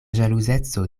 ĵaluzeco